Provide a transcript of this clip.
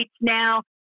now